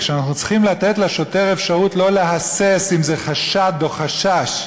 כשאנחנו צריכים לתת לשוטר אפשרות לא להסס אם זה חשד או חשש,